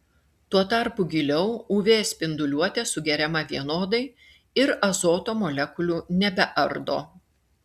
tuo tarpu giliau uv spinduliuotė sugeriama vienodai ir azoto molekulių nebeardo